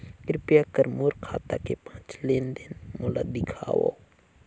कृपया कर मोर खाता के पांच लेन देन मोला दिखावव